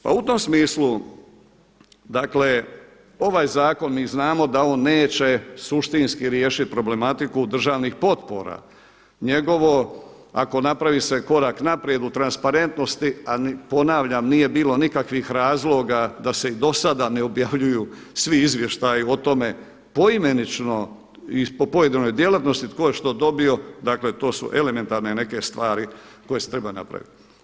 Pa u tom smislu dakle ovaj zakon, mi znamo da on neće suštinski riješiti problematiku državnih potpora, njegovo, ako napravi se korak naprijed u transparentnosti a ponavljam nije bilo nikakvih razloga da se i do sada ne objavljuju svi izvještaji o tome poimenično i po pojedinoj djelatnosti tko je što dobio, dakle to su elementarne neke stvari koje se trebaju napraviti.